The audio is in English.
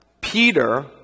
Peter